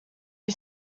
you